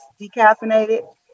decaffeinated